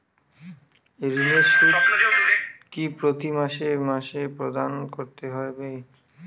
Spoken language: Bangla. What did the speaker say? ঋণের সুদ কি প্রতি মাসে মাসে প্রদান করতে হবে?